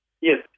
Yes